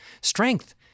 strength